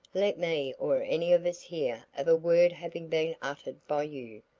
let me or any of us hear of a word having been uttered by you,